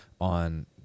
on